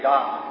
God